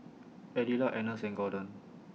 Adelard Agnes and Gordon